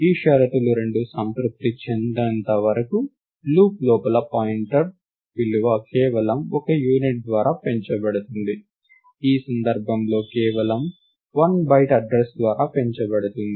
ఈ షరతులు రెండూ సంతృప్తి చెందినంత వరకు లూప్ లోపల పాయింటర్ విలువ కేవలం ఒక యూనిట్ ద్వారా పెంచబడుతుంది ఈ సందర్భంలో కేవలం 1 బైట్ అడ్డ్రస్ ద్వారా పెంచబడుతుంది